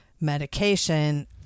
medication